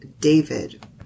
David